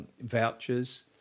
vouchers